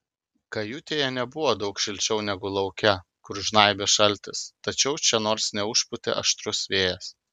kajutėje nebuvo daug šilčiau negu lauke kur žnaibė šaltis tačiau čia nors neužpūtė aštrus vėjas